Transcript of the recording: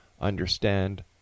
understand